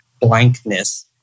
blankness